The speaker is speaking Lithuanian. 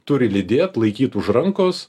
turi lydėt laikyt už rankos